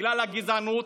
בגלל הגזענות,